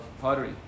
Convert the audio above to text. pottery